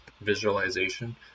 visualization